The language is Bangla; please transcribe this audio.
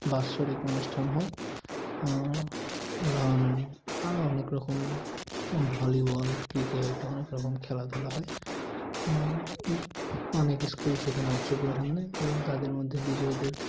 বাৎসরিক অনুষ্ঠান হয় রান আরও অনেক রকম ভলিবল ক্রিকেট অনেক রকম খেলাধুলা হয় অনেক স্কুল সেখানে অংশগ্রহণ নেয় এবং তাদের মধ্যে বিজয়ীদেরকে